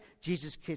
Jesus